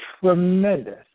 tremendous